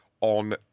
on